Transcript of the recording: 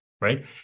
right